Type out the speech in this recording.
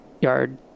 yard